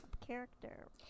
character